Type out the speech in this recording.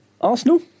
Arsenal